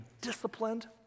disciplined